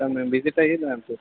సరే మేము విజిట్ అయ్యి నాకు